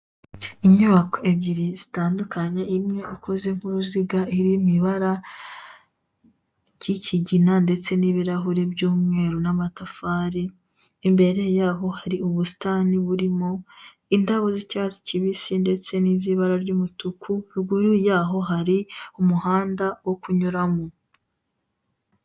Inyubako ibyeri zitandukanye imwe ikoze nk'uruziga iri mu ibara, ry'ikigina ndetse n'ibirahure by'umweru n'amatafari, imbere yaho hari ubusitani burimo indabo z'icyatsi kibisi ndetse n'iz'ibara ry'umutuku, ruguru yaho hari umuhanda wo kunyuramo.